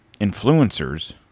influencers